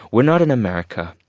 we're not in america.